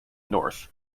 north